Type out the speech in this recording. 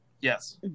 Yes